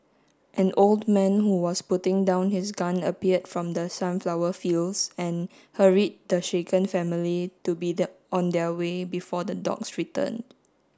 an old man who was putting down his gun appeared from the sunflower fields and hurried the shaken family to be that on their way before the dogs returned